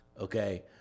Okay